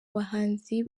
bahanzi